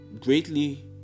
greatly